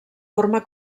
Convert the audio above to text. forma